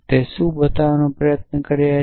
તે શું બતાવવાનો પ્રયાસ કરી રહ્યા છે